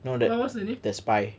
what what's the name